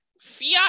Fiat